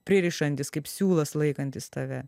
pririšantis kaip siūlas laikantis tave